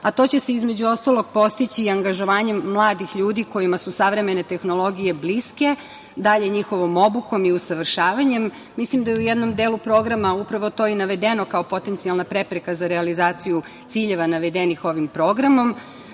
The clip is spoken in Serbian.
a to će se, između ostalog, postići i angažovanjem mladih ljudi kojima su savremene tehnologije bliske. Njihovom obukom i usavršavanjem, mislim da je u jednom delu programa upravo to i navedeno kao potencijalna prepreka za realizaciju ciljeva navedenih ovim Programom,